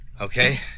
Okay